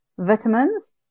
Vitamins